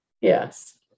Yes